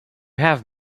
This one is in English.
have